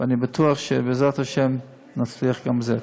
ואני בטוח שבעזרת השם נצליח גם בזה.